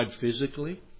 physically